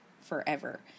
forever